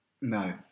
No